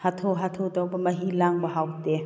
ꯍꯥꯊꯨ ꯍꯥꯊꯨ ꯇꯧꯕ ꯃꯍꯤ ꯂꯥꯡꯕ ꯍꯥꯎꯇꯦ